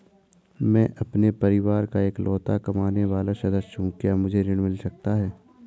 मैं अपने परिवार का इकलौता कमाने वाला सदस्य हूँ क्या मुझे ऋण मिल सकता है?